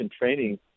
training